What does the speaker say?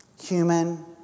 human